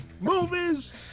movies